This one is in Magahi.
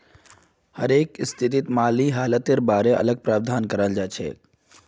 हरेक स्थितित माली हालतेर बारे अलग प्रावधान कराल जाछेक